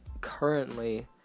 Currently